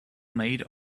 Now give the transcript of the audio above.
made